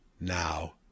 now